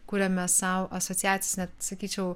kuriame sau asociacijas net sakyčiau